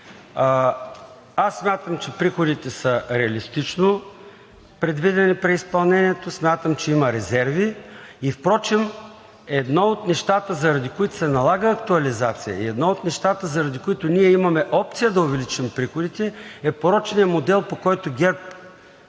Аз смятам, че приходите са реалистично предвидени при изпълнението, смятам, че има резерви и впрочем едно от нещата, заради които се налага актуализация, и едно от нещата, заради които ние имаме опция да увеличим приходите, е порочният модел, по който ГЕРБ